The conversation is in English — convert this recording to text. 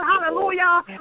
hallelujah